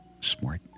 Smart